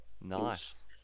nice